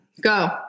Go